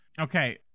Okay